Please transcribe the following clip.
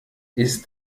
ist